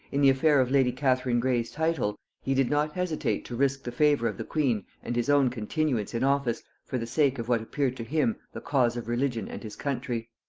in the affair of lady catherine grey's title, he did not hesitate to risk the favor of the queen and his own continuance in office, for the sake of what appeared to him the cause of religion and his country.